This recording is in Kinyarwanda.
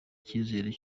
icyizere